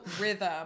rhythm